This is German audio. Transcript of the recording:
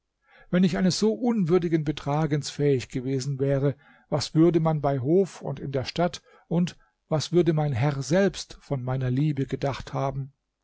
wenn ich eines so unwürdigen betragens fähig gewesen wäre was würde man bei hof und in der stadt und was würde mein herr selbst von meiner liebe gedacht haben